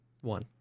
one